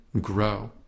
grow